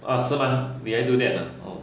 ah 是吗 will it do that ah oh